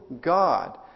God